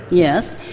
yes,